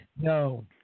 No